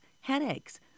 headaches